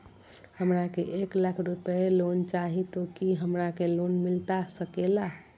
हमरा के एक लाख रुपए लोन चाही तो की हमरा के लोन मिलता सकेला?